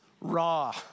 raw